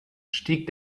stieg